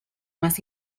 más